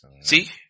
See